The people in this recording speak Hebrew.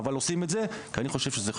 אבל עושים את זה כי אני חושב שזה חשוב.